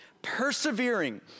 Persevering